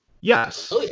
Yes